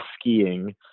skiing